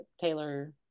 Taylor